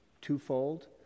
twofold